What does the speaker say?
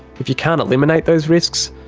if you can't eliminate those risks,